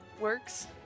works